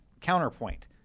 counterpoint